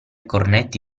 cornetti